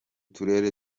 turere